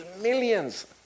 millions